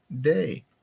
day